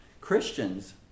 Christians